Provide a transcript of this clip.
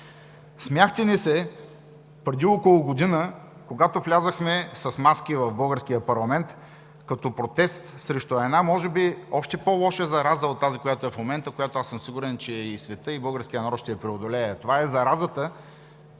Смяхте ни се преди около година, когато влязохме с маски в българския парламент като протест срещу една може би още по-лоша зараза от тази в момента, която аз съм сигурен, че и светът, и българският народ ще преодолее. Това е заразата